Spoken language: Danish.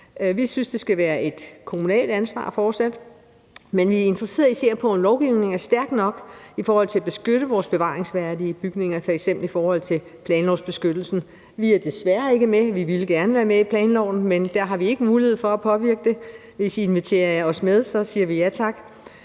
Vi synes, at det fortsat skal være et kommunalt ansvar, men vi er interesseret i at se på, om lovgivningen er stærk nok med hensyn til at beskytte vores bevaringsværdige bygninger f.eks. i forhold til planlovsbeskyttelsen. Vi er desværre ikke med i planloven – vi ville gerne være med – men der har vi ikke mulighed for at påvirke det. Hvis I inviterer os med, så siger vi ja tak;